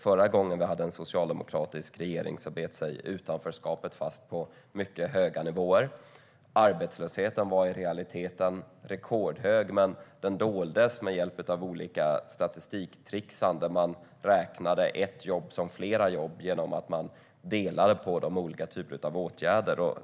Förra gången vi hade en socialdemokratisk regering bet sig utanförskapet fast på mycket höga nivåer, och arbetslösheten var i realiteten rekordhög men doldes med hjälp av statistiktrixande. Man räknade ett jobb som flera genom att man delade på dem med olika typer av åtgärder.